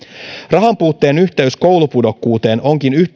rahanpuutteen yhteys koulupudokkuuteen onkin